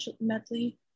medley